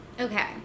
Okay